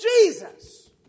Jesus